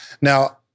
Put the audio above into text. Now